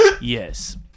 yes